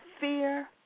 fear